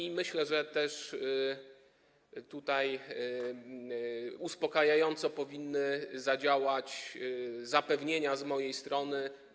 I myślę, że też tutaj uspokajająco powinny zadziałać zapewnienia z mojej strony.